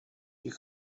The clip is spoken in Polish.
ich